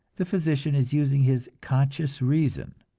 the physician is using his conscious reason,